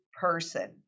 person